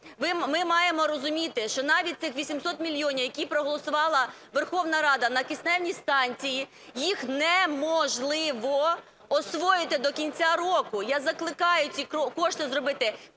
ми маємо розуміти, що навіть тих 800 мільйонів, які проголосувала Верховна Рада на кисневі станції, їх неможливо освоїти до кінця року. Я закликаю, ці кошти зробити